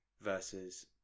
versus